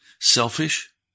selfish